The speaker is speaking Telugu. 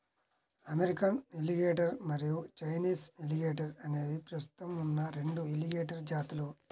అమెరికన్ ఎలిగేటర్ మరియు చైనీస్ ఎలిగేటర్ అనేవి ప్రస్తుతం ఉన్న రెండు ఎలిగేటర్ జాతులు